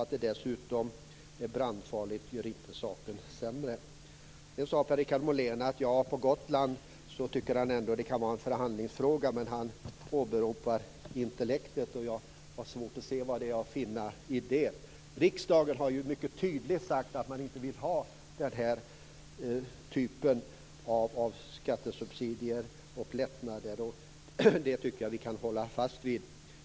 Att det dessutom är brandfarligt gör inte saken bättre. Sedan sade Per-Richard Molén att han ändå tycker att det kan vara en förhandlingsfråga på Gotland och åberopade intellektet. Jag har svårt att se vad det är att finna i det. Riksdagen har ju mycket tydligt sagt att man inte vill ha den här typen av skattesubsidier och lättnader, och det tycker jag att vi kan hålla fast vid.